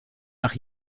nach